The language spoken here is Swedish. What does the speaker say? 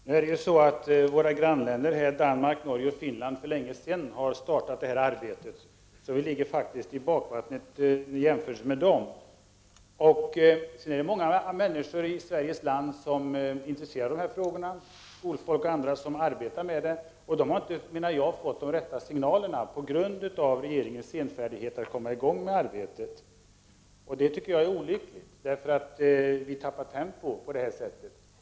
Herr talman! Våra grannländer Danmark, Norge och Finland har för länge sedan startat detta arbete, så Sverige ligger i bakvattnet i jämförelse med dem. Det är många människor i Sverige som är intresserade av dessa frågor, skolfolk och andra som arbetar med frågorna, och de har inte fått de rätta signalerna på grund av regeringens senfärdighet att komma i gång med arbetet. Det är olyckligt, därför att vi tappar tempo.